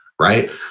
right